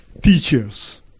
teachers